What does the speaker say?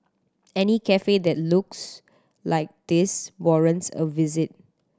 any cafe that looks like this warrants a visit